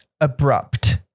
Abrupt